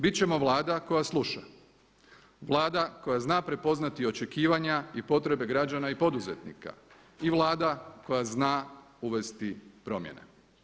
Bit ćemo Vlada koja sluša, Vlada koja zna prepoznati i očekivanja i potrebe građana i poduzetnika i Vlada koja zna uvesti promjene.